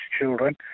children